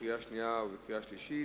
קריאה שנייה וקריאה שלישית.